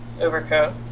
Overcoat